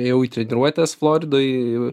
ėjau į treniruotes floridoj